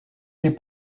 les